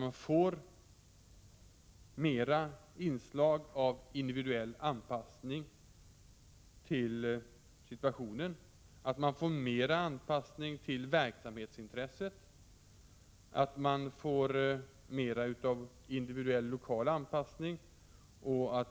Man får mer inslag av individuell anpassning till situationen, mer anpassning till verksamhetsintresset och mer av individuell lokal anpassning.